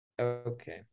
Okay